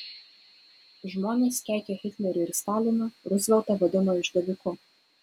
žmonės keikė hitlerį ir staliną ruzveltą vadino išdaviku